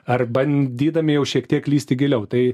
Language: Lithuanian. ar bandydami jau šiek tiek lįsti giliau tai